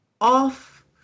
off